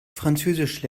französisch